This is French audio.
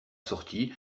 sortie